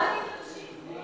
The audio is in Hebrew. מה אתם מתרגשים?